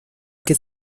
que